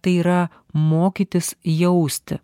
tai yra mokytis jausti